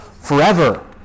forever